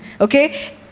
Okay